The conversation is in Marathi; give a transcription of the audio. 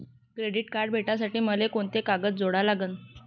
क्रेडिट कार्ड भेटासाठी मले कोंते कागद जोडा लागन?